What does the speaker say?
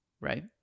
right